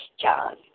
John